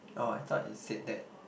oh I thought you said that